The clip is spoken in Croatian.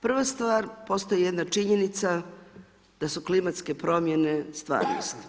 Prva stvar, postoji jedna činjenica da su klimatske promjene stvarnost.